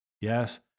Yes